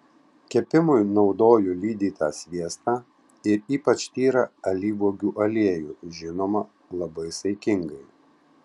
kepimui naudoju lydytą sviestą ir ypač tyrą alyvuogių aliejų žinoma labai saikingai